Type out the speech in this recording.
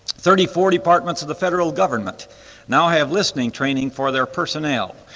thirty-four departments of the federal government now have listening training for their personnel.